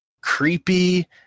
creepy